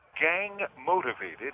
gang-motivated